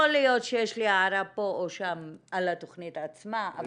יכול להיות שיש לי הערה פה או שם על התכנית עצמה.